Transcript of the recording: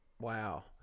wow